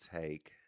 take